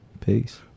Peace